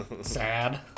Sad